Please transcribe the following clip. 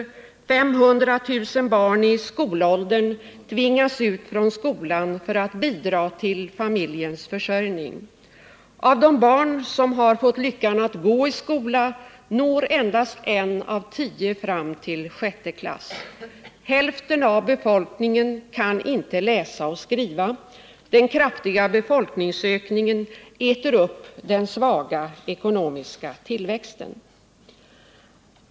500 000 barn i skolåldern tvingas ut från skolan för att bidra till familjens försörjning. Av de barn som har fått lyckan att gå i skolan når endast en av tio fram till sjätte klass. Hälften av befolkningen kan inte läsa och skriva. Den kraftiga befolkningsökningen äter upp den svaga ekonomiska tillväxten.